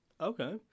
Okay